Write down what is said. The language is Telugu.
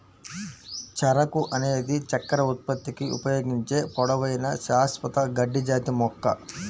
చెరకు అనేది చక్కెర ఉత్పత్తికి ఉపయోగించే పొడవైన, శాశ్వత గడ్డి జాతి మొక్క